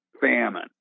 famine